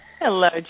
Hello